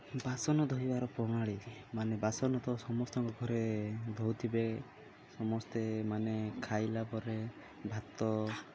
ବାସନ ଧୋଇବାର ପ୍ରଣାଳୀ ମାନେ ବାସନ ତ ସମସ୍ତଙ୍କ ଘରେ ଧୋଉଥିବେ ସମସ୍ତେ ମାନେ ଖାଇଲା ପରେ ଭାତ